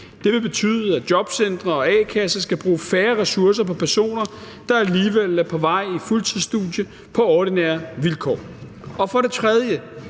Det vil betyde, at jobcentre og a-kasser skal bruge færre ressourcer på personer, der alligevel er på vej i fuldtidsstudie på ordinære vilkår. For det tredje